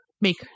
make